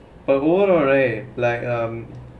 உங்களாதே:ungalaathae right like um